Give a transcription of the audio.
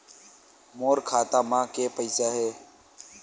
मोर खाता म के पईसा हे?